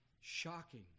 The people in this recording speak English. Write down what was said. shocking